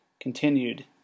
continued